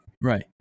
Right